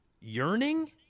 yearning